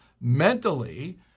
mentally